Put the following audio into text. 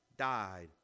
died